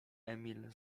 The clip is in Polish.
emil